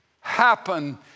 happen